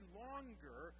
longer